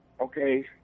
Okay